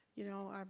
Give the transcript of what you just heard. you know,